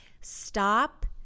stop